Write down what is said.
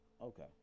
Okay